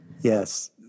Yes